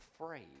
afraid